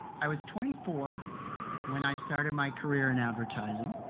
i was twenty four when i started my career in advertising.